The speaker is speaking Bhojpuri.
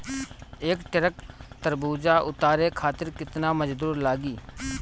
एक ट्रक तरबूजा उतारे खातीर कितना मजदुर लागी?